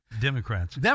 Democrats